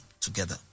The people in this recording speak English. together